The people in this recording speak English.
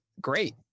great